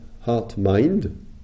heart-mind